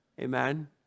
Amen